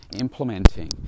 implementing